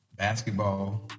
Basketball